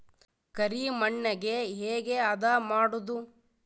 ಕರಿ ಮಣ್ಣಗೆ ಹೇಗೆ ಹದಾ ಮಾಡುದು?